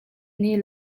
nih